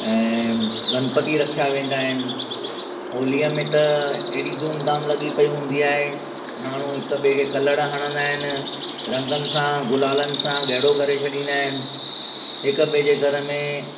ऐं गणपति रखिया वेंदा आहिनि होलीअ में त हेॾी धूमधाम लॻी पेई हूंदी आहे माण्हू हिक ॿिए खे कलड़ हणंदा आहिनि रंगनि सां गुलालनि सां ॻाढ़ो करे छॾींदा आहिनि हिक ॿिए जे घर में